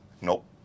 nope